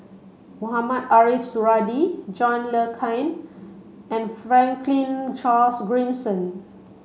Mohamed Ariff Suradi John Le Cain and Franklin Charles Gimson